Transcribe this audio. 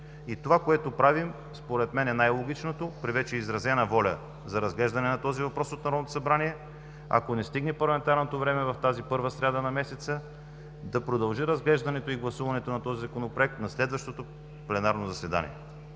Това, което правим, според мен е най-логичното при вече изразена воля за разглеждане на този въпрос от Народното събрание – ако не стигне парламентарното време в тази първа сряда на месеца, разглеждането и гласуването на законопроекта да продължи на следващото пленарно заседание.